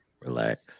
Relax